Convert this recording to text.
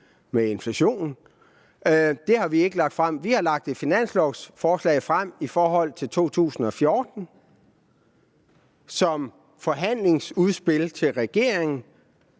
med inflationen. Det har vi ikke lagt frem. Vi har lagt et finanslovsforslag frem for 2014 som forhandlingsudspil til regeringen,